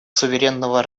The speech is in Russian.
суверенного